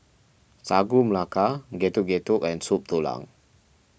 Sagu Melaka Getuk Getuk and Soup Tulang